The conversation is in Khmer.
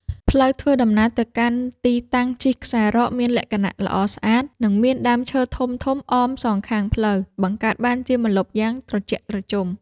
ផ្លូវធ្វើដំណើរទៅកាន់ទីតាំងជិះខ្សែរ៉កមានលក្ខណៈល្អស្អាត និងមានដើមឈើធំៗអមសងខាងផ្លូវ បង្កើតបានជាម្លប់យ៉ាងត្រជាក់ត្រជុំ។